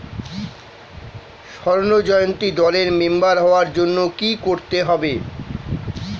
স্বর্ণ জয়ন্তী দলের মেম্বার হওয়ার জন্য কি করতে হবে?